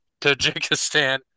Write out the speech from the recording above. Tajikistan